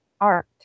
art